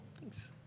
thanks